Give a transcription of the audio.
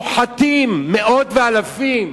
שוחטים מאות ואלפים.